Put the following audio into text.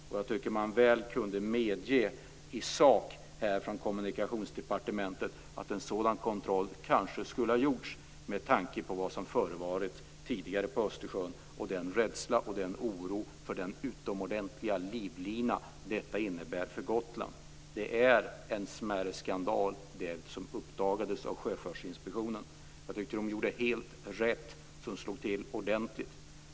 Kommunikationsdepartementet borde kunna medge i sak att en sådan kontroll kanske skulle ha gjorts med tanke på vad som tidigare förevarit på Östersjön och den rädsla och den oro för den utomordentliga livlina denna trafik innebär för Gotland. Det som uppdagades av Sjöfartsinspektionen är en smärre skandal. Jag tycker att den gjorde helt rätt som slog till ordentligt.